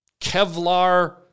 Kevlar